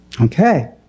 Okay